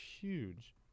huge